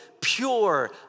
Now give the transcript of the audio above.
pure